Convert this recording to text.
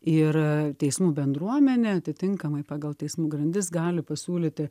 ir teismų bendruomenė atitinkamai pagal teismų grandis gali pasiūlyti